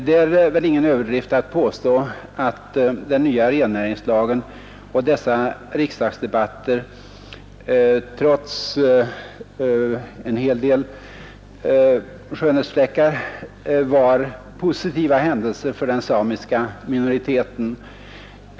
Det är väl ingen överdrift att påstå att den nya rennäringslagen och dessa riksdagsdebatter, trots en hel del skönhetsfläckar, var positiva händelser för den samiska minoriteten.